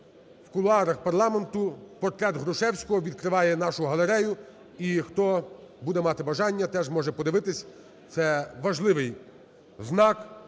в кулуарах парламенту портрет Грушевського відкриває нашу галерею. І хто буде мати бажання, теж може подивитись, це важливий знак